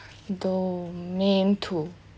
domain two